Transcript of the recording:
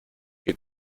que